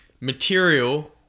material